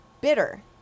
bitter